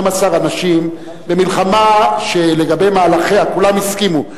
אנשים במלחמה שלגבי מהלכיה כולם הסכימו,